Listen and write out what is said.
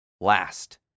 last